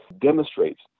demonstrates